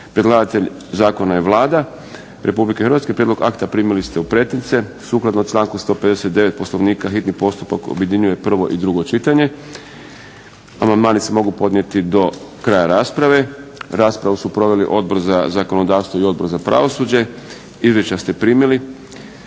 Predlagatelj zakon je Vlada RH. Prijedlog akta primili ste u pretince. Sukladno članku 159. Poslovnika hitni postupak objedinjuje prvo i drugo čitanje. Amandmani se mogu podnositi do kraja rasprave. Raspravu su proveli Odbor za zakonodavstvo i Odbor za pravosuđe. Izvješća ste primili